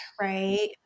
right